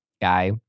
guy